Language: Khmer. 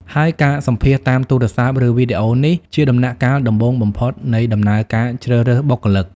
ហើយការសម្ភាសន៍តាមទូរស័ព្ទ ឬវីដេអូនេះជាដំណាក់កាលដំបូងបំផុតនៃដំណើរការជ្រើសរើសបុគ្គលិក។